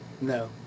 No